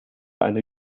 eine